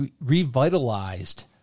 revitalized